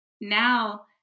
now